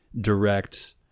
direct